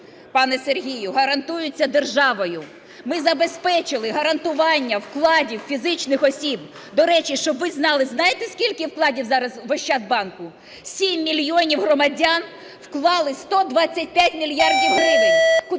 пане Сергію, гарантуються державою. Ми забезпечили гарантування вкладів фізичних осіб. До речі, щоб ви знали, знаєте скільки вкладів зараз в Ощадбанку? Сім мільйонів громадян вклали 125 мільярдів гривень.